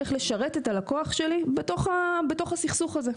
איך לשרת את הלקוח שלי בתוך הסכסוך הזה.